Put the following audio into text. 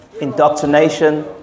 indoctrination